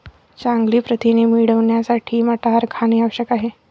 चांगले प्रथिने मिळवण्यासाठी मटार खाणे आवश्यक आहे